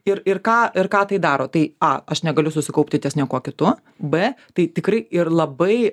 ir ir ką ir ką tai daro tai a aš negaliu susikaupti ties niekuo kitu b tai tikri ir labai